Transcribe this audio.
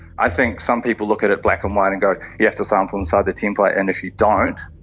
i think some people look at it black and white and go, you have to sample inside the template and if you don't